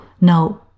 No